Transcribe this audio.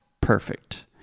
Perfect